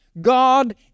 god